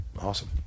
awesome